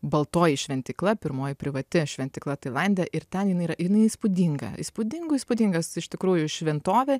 baltoji šventykla pirmoji privati šventykla tailande ir ten jinai yra jinai įspūdinga įspūdingų įspūdingas iš tikrųjų šventovė